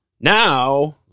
Now